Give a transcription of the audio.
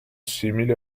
simile